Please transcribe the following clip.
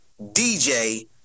DJ